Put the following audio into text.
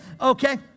Okay